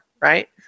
right